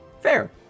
Fair